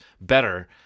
better